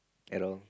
at all